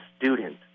student